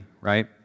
right